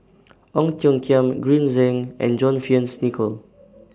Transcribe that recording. Ong Tiong Khiam Green Zeng and John Fearns Nicoll